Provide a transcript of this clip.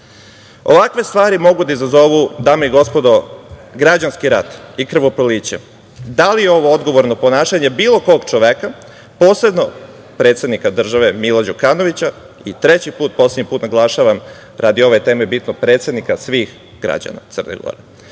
epilog? Ovakve stvari mogu da izazovu, dame i gospodo, građanski rat i krvoproliće. Da li je ovo odgovorno ponašanje bilo kog čoveka, posebno predsednika države Mila Đukanovića, I treći put, poslednji put naglašavam, radi ove teme bitno, predsednika svih građana Crne